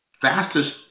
fastest